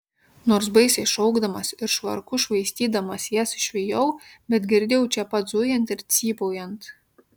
nors baisiai šaukdamas ir švarku švaistydamas jas išvijau bet girdėjau čia pat zujant ir cypaujant